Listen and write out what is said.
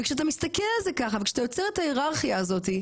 וכשאתה מסתכל על זה ככה כשאתה יוצר את ההיררכיה הזאת,